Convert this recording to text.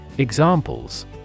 Examples